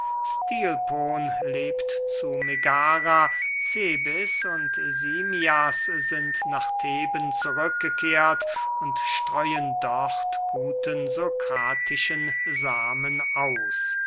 stilpon lebt zu megara cebes und simmias sind nach theben zurückgekehrt und streuen dort guten sokratischen samen aus